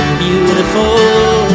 beautiful